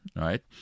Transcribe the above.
right